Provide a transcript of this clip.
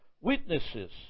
witnesses